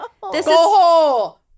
Go